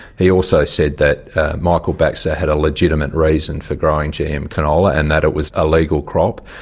he also said that michael baxter had a legitimate reason for growing gm canola, and that it was a legal crop,